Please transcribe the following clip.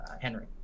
Henry